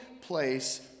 place